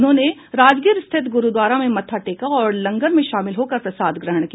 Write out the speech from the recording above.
उन्होंने राजगीर स्थित गुरूद्वारा में मत्था टेका और लंगर में शामिल होकर प्रसाद ग्रहण किया